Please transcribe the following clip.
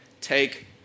take